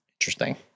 Interesting